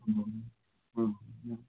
ꯎꯝ ꯑꯥ